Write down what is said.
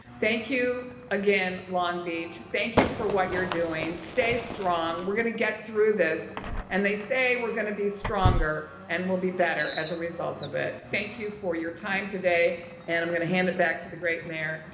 thank you again long beach. thank you for what you're doing. stay strong we're going to get through this and they say we're gonna be stronger and we'll be better as a result of it. thank you for your time today and i'm going to hand it back to the great mayor,